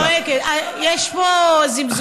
ואני צועקת, יש פה זמזומים.